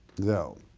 though